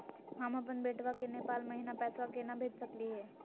हम अपन बेटवा के नेपाल महिना पैसवा केना भेज सकली हे?